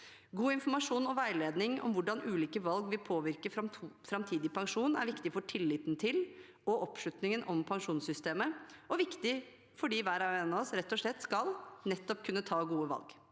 God informasjon og veiledning om hvordan ulike valg vil påvirke framtidig pensjon, er viktig for tilliten til og oppslutningen om pensjonssystemet, og det er viktig nettopp for at hver og en av oss rett og slett skal kunne ta gode valg.